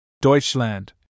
Deutschland